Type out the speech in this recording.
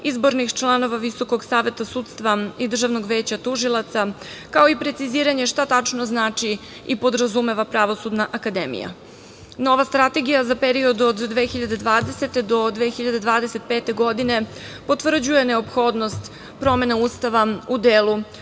izbornih članova Visokog saveta sudstva i Državnog veća tužilaca, kao i preciziranje šta tačno znači i podrazumeva Pravosudna akademija. Nova Strategija za period od 2020. do 2025. godine potvrđuje neophodnost promene Ustava u delu